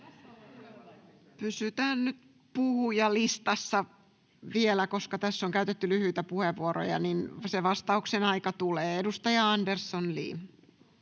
Pysytään nyt puhujalistassa vielä, koska tässä on käytetty lyhyitä puheenvuoroja, ja se vastauksen aika tulee. — Edustaja Andersson, Li.